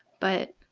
but